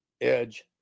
edge